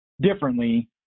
differently